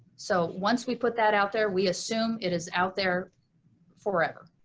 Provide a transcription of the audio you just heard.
so once we put that out there we assume it is out there forever.